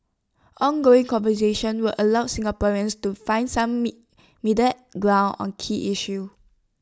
ongoing conversations will allow Singaporeans to find some meet middle ground on key issues